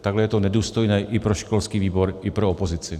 Takhle je to nedůstojné i pro školský výbor i pro opozici.